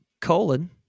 Colon